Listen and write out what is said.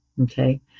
Okay